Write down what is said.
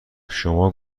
شما